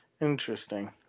Interesting